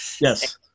Yes